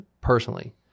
personally